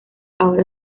ahora